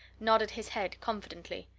nodded his head confidently.